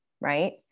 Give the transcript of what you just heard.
right